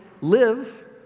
live